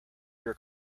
your